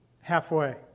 halfway